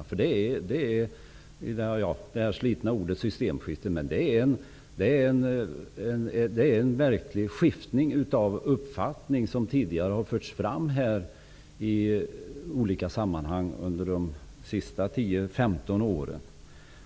Ordet systemskifte är slitet, men det är faktiskt fråga om ett verkligt skifte av uppfattning jämfört med vad som har förts fram i olika sammanhang under de senaste 10--15 åren.